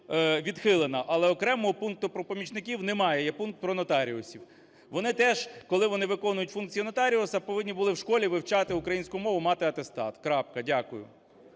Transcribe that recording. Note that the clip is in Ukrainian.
Але окремого пункту про помічників немає, є пункт про нотаріусів, вони теж, коли вони виконують функції нотаріуса, повинні були в школі вивчати українську мову, мати атестат, крапка. Дякую.